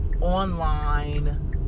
online